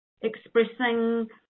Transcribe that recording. Expressing